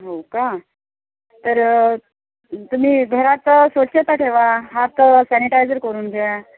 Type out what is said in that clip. हो का तर तुम्ही घरात स्वच्छता ठेवा हात सॅनिटायजर करून घ्या